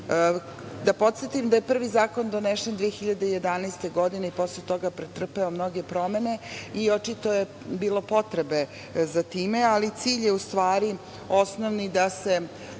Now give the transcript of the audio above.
vas podsetim da je prvi Zakon donesen 2011. godine i posle toga pretrpeo mnoge promene i očito je bilo potrebe za time, ali u stvari osnovni cilj